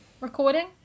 recording